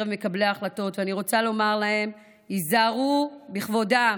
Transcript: ואני רוצה לומר להם: היזהרו בכבודם,